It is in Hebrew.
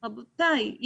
רבותיי,